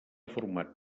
format